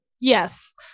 Yes